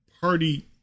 party